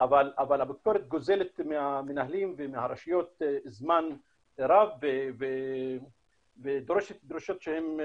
אבל הביקורת גוזלת מהמנהלים ומהרשויות זמן רב ודורשת דרישות שהן,